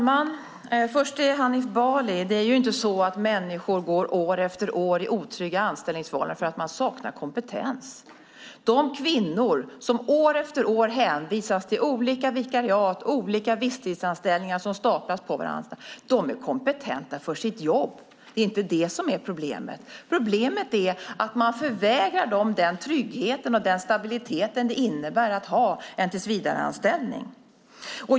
Herr talman! Det är inte så att människor går år efter år i otrygga anställningsförhållanden för att de saknar kompetens, Hanif Bali. De kvinnor som år efter år hänvisas till olika vikariat och olika visstidsanställningar som staplas på varandra är kompetenta för sitt jobb. Det är inte det som är problemet. Problemet är att man förvägrar dem den trygghet och den stabilitet det innebär att ha en tillsvidareanställning.